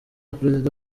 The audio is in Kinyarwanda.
perezida